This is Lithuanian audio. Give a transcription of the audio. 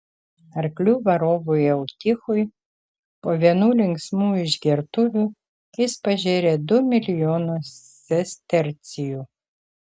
arklių varovui eutichui po vienų linksmų išgertuvių jis pažėrė du milijonus sestercijų